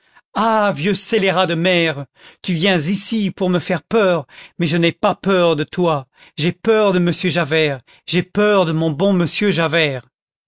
ah vieux scélérat de maire tu viens ici pour me faire peur mais je n'ai pas peur de toi j'ai peur de monsieur javert j'ai peur de mon bon monsieur javert